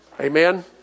Amen